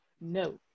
No